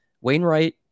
Wainwright